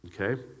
Okay